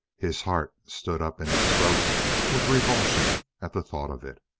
his heart stood up in his throat with revulsion at the thought of it.